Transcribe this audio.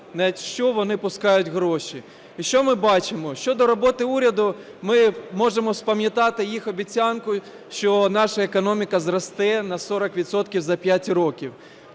на що вони пускають гроші. І що ми бачимо? Щодо роботи уряду, ми можемо пам'ятати їх обіцянку, що наша економіка зросте на 40 відсотків